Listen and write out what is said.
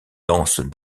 danses